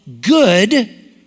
good